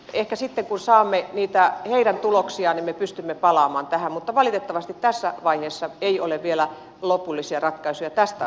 ehkä sitten kun saamme niitä heidän tuloksiaan me pystymme palaamaan tähän mutta valitettavasti tässä vaiheessa ei ole vielä lopullisia ratkaisuja tästä asiasta tehty